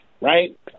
right